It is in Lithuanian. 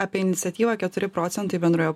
apie iniciatyvą keturi procentai bendrojo